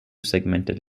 segmented